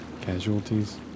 Casualties